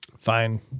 fine